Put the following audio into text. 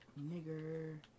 nigger